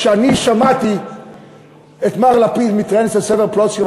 כשאני שמעתי את מר לפיד מתראיין אצל סבר פלוצקר,